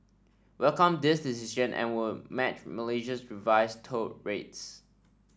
welcome this decision and will match Malaysia's revised toll rates